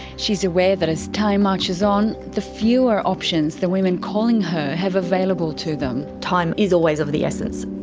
she's aware that as time marches on, the fewer options the women calling her have available to them. time is always of the essence.